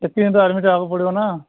admit ହେବାକୁ ପଡ଼ିବ ନା